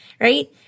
right